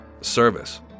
service